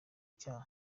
icyaha